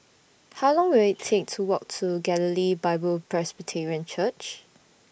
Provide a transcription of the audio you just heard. How Long Will IT Take to Walk to Galilee Bible Presbyterian Church